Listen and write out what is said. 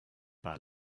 par